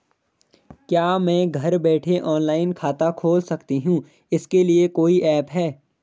क्या मैं घर बैठे ऑनलाइन खाता खोल सकती हूँ इसके लिए कोई ऐप है?